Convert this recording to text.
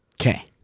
Okay